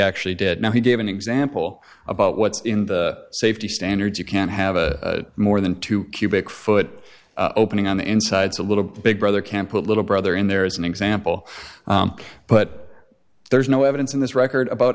actually did know he gave an example about what's in the safety standards you can't have a more than two cubic foot opening on the insides a little big brother can put a little brother in there is an example but there's no evidence in this record about